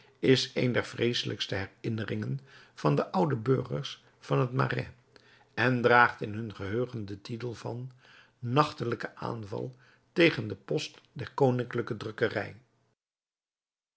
is een der vreeselijkste herinneringen van de oude burgers van het marais en draagt in hun geheugen den titel van nachtelijke aanval tegen den post der koninklijke drukkerij